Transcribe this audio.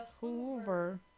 Hoover